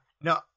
No